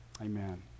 Amen